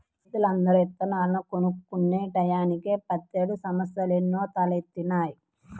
రైతులందరూ ఇత్తనాలను కొనుక్కునే టైయ్యానినే ప్రతేడు సమస్యలొత్తన్నయ్